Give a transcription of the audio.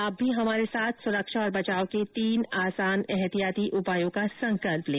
आप भी हमारे साथ सुरक्षा और बचाव के तीन आसान एहतियाती उपायों का संकल्प लें